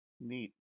Neat